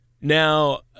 Now